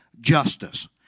justice